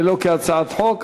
ולא כהצעת חוק,